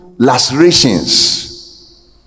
lacerations